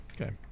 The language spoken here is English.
Okay